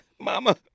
Mama